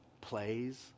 plays